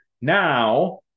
Now